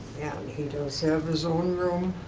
he does have his own room,